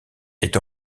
est